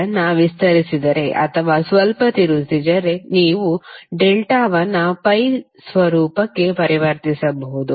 ಇದನ್ನು ವಿಸ್ತರಿಸಿದರೆ ಅಥವಾ ಸ್ವಲ್ಪ ತಿರುಚಿದರೆ ನೀವು ಡೆಲ್ಟಾವನ್ನು ಪೈ ಸ್ವರೂಪಕ್ಕೆ ಪರಿವರ್ತಿಸಬಹುದು